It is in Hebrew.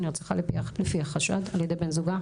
נרצחה על פי החשד על ידי בן זוגה.